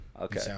Okay